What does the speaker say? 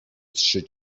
trzy